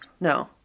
No